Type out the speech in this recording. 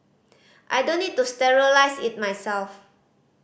I don't need to sterilise it myself